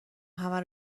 همه